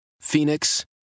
Phoenix